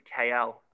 KL